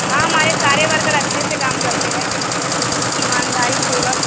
ہاں ہمارے سارے ورکر اچھے سے کام کرتے ہیں ایمانداری پوروک